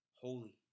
holy